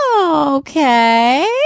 Okay